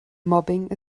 mobbing